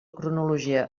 cronologia